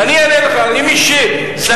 אני אענה לך: מי שזכאי,